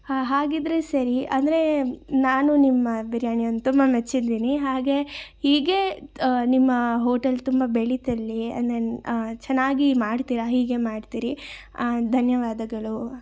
ಹಾಗಿದ್ದರೆ ಸರಿ ಅಂದ್ರೆ ನಾನು ನಿಮ್ಮ ಬಿರಿಯಾನಿಯನ್ನ ತುಂಬ ಮೆಚ್ಚಿದ್ದೀನಿ ಹಾಗೆ ಹೀಗೆ ನಿಮ್ಮ ಹೋಟೆಲ್ ತುಂಬ ಬೆಳೀತಿರಲಿ ಅಂದರೆ ಚೆನ್ನಾಗಿ ಮಾಡ್ತೀರ ಹೀಗೆ ಮಾಡ್ತಿರಿ ಧನ್ಯವಾದಗಳು